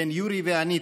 בן אסתר ומאיר,